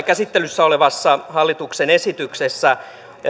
käsittelyssä olevassa hallituksen esityksessä